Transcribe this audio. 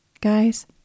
Guys